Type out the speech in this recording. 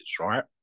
right